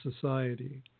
society